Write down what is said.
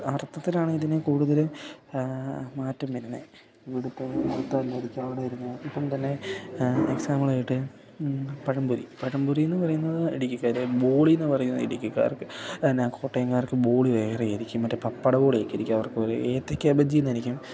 അർത്ഥത്തിലാണ് ഇതിനെ കൂടുതലും മാറ്റം വരുന്നത് ഇവിടുത്തെ തന്നെയായിരിക്കും അവിടെ എന്നാ ഇപ്പം തന്നെ എക്സാമ്പിളായിട്ട് പഴംപൊരി പഴംപൊരിന്ന് പറയുന്നത് ഇടിക്കിക്കാർ ബോളീന്ന് പറയുന്നത് ഇടിക്കിക്കാർക്ക് പിന്നെ കോട്ടയംകാർക്ക് ബോളി വേറെ ആയിരിക്കും മറ്റേ പപ്പടബോളി ആയിരിക്കും അവർക്ക് ഏത്തയ്ക്കാ ബജ്ജീ എന്നായിരിക്കും